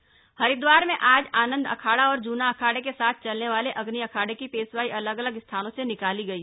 अखाडा पेशवाई हरिद्वार में आज आनंद अखाड़ा और जूना अखाड़े के साथ चलने वाले अग्नि अखाड़े की पेशवाई अलग अलग स्थानों से निकाली गई